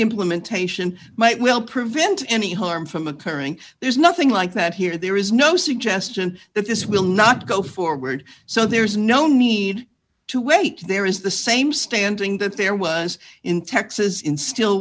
implementation might will prevent any harm from occurring there's nothing like that here there is no suggestion that this will not go forward so there is no need to wait there is the same standing that there was in texas in